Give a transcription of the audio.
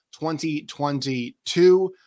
2022